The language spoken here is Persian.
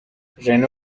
رنو